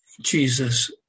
Jesus